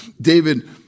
David